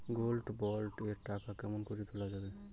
Gold bond এর টাকা কেমন করি তুলা যাবে?